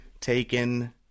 taken